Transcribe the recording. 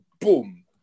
boom